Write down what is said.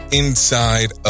inside